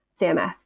CMS